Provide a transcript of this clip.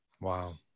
Wow